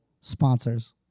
sponsors